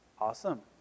Awesome